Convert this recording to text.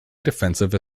defensive